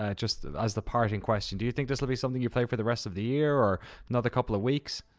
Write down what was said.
ah just as the parting question. do you think this'll be something you play for the rest of the year? or another couple of weeks?